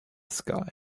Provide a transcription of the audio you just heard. sky